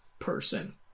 person